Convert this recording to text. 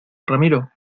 ramiro